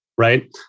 Right